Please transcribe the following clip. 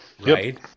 right